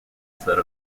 set